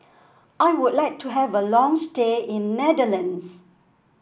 I would like to have a long stay in Netherlands